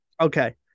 Okay